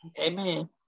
Amen